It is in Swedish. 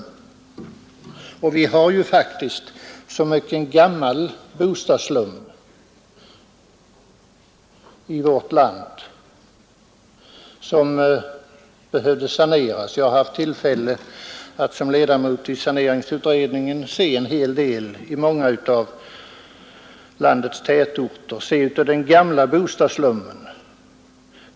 Vi har ju faktiskt i vårt land så mycken gammal bostadsslum som behöver saneras. Jag har haft tillfälle att som ledamot i saneringsutredningen se en hel del av den gamla bostadsslummen i många av landets tätorter.